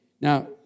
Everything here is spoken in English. Now